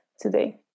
today